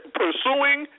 pursuing